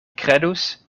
kredus